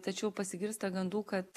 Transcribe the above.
tačiau pasigirsta gandų kad